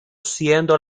siendo